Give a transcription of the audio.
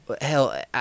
hell